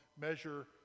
measure